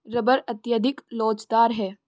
rubber अत्यधिक लोचदार है